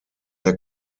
der